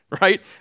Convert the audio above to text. right